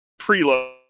preload